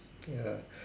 ya